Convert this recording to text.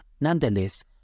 Nonetheless